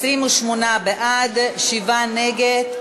28 בעד, שבעה נגד.